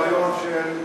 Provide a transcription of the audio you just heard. האם אתה תומך ברעיון של,